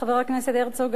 חבר הכנסת הרצוג,